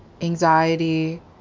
anxiety